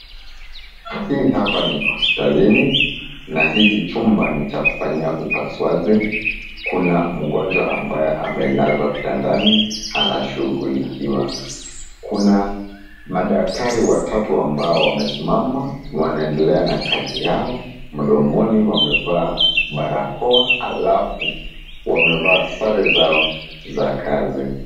Hii hapa ni hospitalini na hiki chumba ni cha kufanyia upasuaji Kuna mgonjwa ambaye amelaswa kitandani anashughulikiwa, Kuna madaktari watatu ambayo wamesimama wanaendelea na Kasi zao mdomoni wamevaa barakoa halafu wamevaa sare zao za kazi.